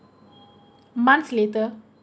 months later